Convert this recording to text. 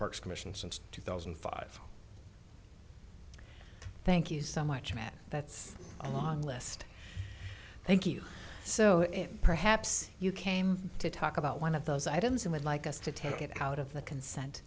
parks commission since two thousand and five thank you so much matt that's a long list thank you so perhaps you came to talk about one of those items and would like us to take it out of the consent